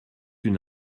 une